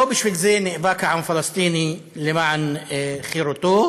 לא בשביל זה נאבק העם הפלסטיני למען חירותו,